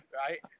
right